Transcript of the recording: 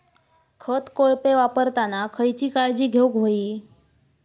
खत कोळपे वापरताना खयची काळजी घेऊक व्हयी?